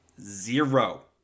zero